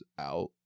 out